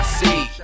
see